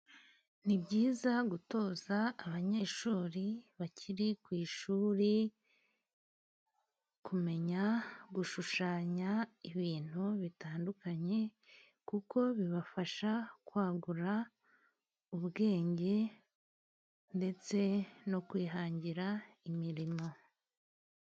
Ni byiza gutoza abanyeshuri bakiri ku ishuri kumenya gushushanya ibintu bitandukanye. Kuko bibafasha kwagura ubwenge ndetse no kwihangira imirimo.